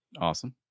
Awesome